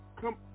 come